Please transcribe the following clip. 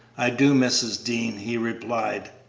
i do, mrs. dean, he replied.